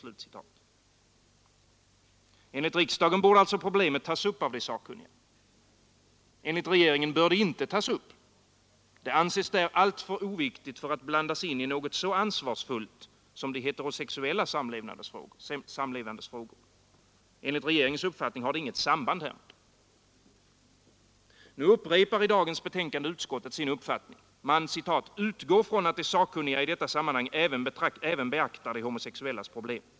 Enligt riksdagen borde alltså problemet tas upp av de sakkunniga. Enligt regeringen bör det inte tas upp — det anses där alltför oviktigt för att blandas in i något så ansvarsfullt som de heterosexuella samlevandes frågor. Enligt regeringens uppfattning har det inget samband härmed. Nu upprepar utskottet sin uppfattning i dagens betänkande. Man ”utgår från att de sakkunniga i detta sammanhang även beaktar de homosexuellas problem”.